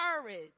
courage